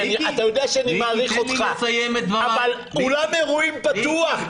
אתה יודע שאני מעריך אותך אבל מדובר על אולם אירועים פתוח,